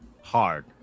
hard